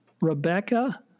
Rebecca